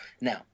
Now